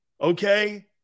okay